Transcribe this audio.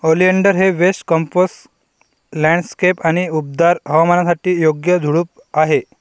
oleander हे west coast landscape आणि उबदार हवामानासाठी योग्य झुडूप आहे